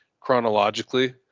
chronologically